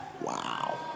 Wow